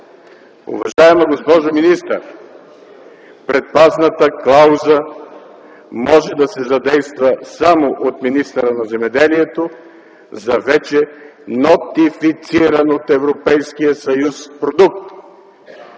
Уважаема госпожо министър, предпазната клауза може да се задейства само от министъра на земеделието за вече нотифициран от Европейския съюз продукт,